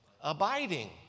abiding